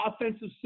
offensive